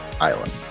Island